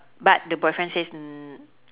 but the boyfriend says n~